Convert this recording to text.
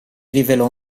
rivelò